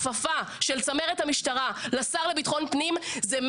שתאפשר גם פרסום של פקודות שיחולו "במועד פרסומן" ולא רק